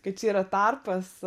kad čia yra tarpas